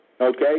Okay